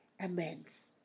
amends